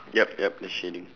yup yup the shading